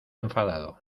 enfadado